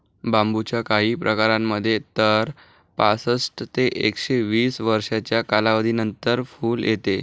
बांबूच्या काही प्रकारांमध्ये तर पासष्ट ते एकशे वीस वर्षांच्या कालावधीनंतर फुल येते